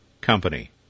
company